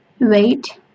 Wait